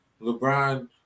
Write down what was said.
lebron